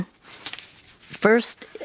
first